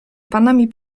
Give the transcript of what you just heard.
panami